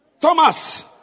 Thomas